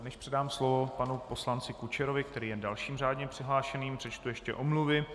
Než předám slovo panu poslanci Kučerovi, který je dalším řádně přihlášeným, přečtu ještě omluvy.